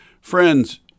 friends